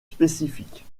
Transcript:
spécifiques